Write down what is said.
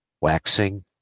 waxing